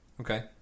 okay